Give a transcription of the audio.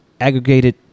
aggregated